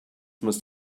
must